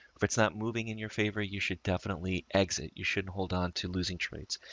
if it's not moving in your favor, you should definitely exit you. shouldn't hold onto losing traits.